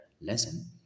lesson